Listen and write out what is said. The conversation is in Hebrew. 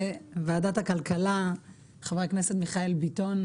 חבר הכנסת מיכאל ביטון,